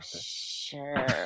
sure